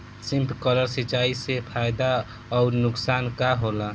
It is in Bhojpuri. स्पिंकलर सिंचाई से फायदा अउर नुकसान का होला?